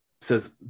Says